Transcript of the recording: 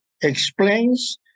explains